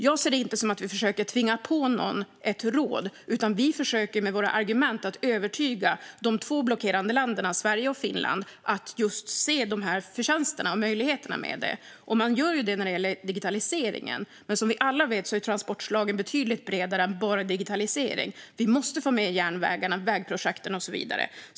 Jag ser det inte som att vi försöker tvinga på någon ett råd, utan vi försöker med våra argument övertyga de två blockerande länderna Sverige och Finland att se förtjänsterna och möjligheterna. Man gör det när det gäller digitaliseringen, men som vi alla vet är transportslagen betydligt bredare än bara digitalisering. Vi måste få med järnvägarna, vägprojekten och så vidare.